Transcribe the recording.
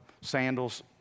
sandals